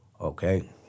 Okay